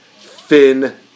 Finn